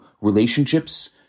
relationships